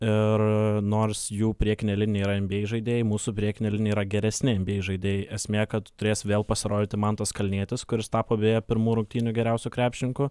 ir nors jų priekinė linija yra nba žaidėjai mūsų priekinė linija yra geresni nba žaidėjai esmė kad turės vėl pasirodyti mantas kalnietis kuris tapo beje pirmų rungtynių geriausiu krepšininku